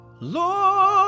Lord